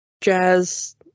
jazz